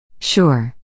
Sure